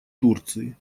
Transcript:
турции